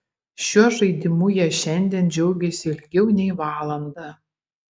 šiuo žaidimu jie šiandien džiaugėsi ilgiau nei valandą